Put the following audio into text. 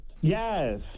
Yes